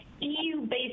EU-based